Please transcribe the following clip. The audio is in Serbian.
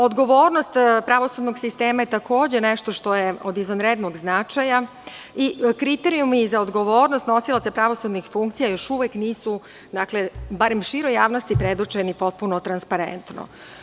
Odgovornost pravosudnog sistema je takođe nešto što je od izvanrednog značaja i kriterijumi za odgovornost nosilaca pravosudnih funkcija još uvek nisu, barem široj javnosti predočeni potpuno transparentno.